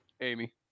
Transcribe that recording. Amy